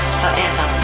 forever